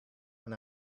and